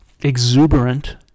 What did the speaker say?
exuberant